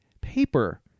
paper